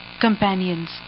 companions